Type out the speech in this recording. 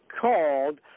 called